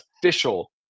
official